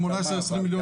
שמונה עשרה מיליון שקלים.